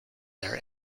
their